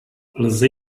lze